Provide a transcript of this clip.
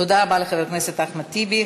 תודה רבה לחבר הכנסת אחמד טיבי.